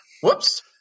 Whoops